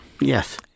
Yes